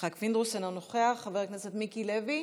יצחק פינדרוס, אינו נוכח, חבר הכנסת מיקי לוי,